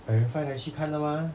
primary five 才去看的吗